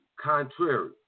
contrary